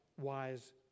wise